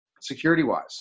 security-wise